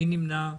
מי נמנע?